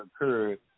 occurred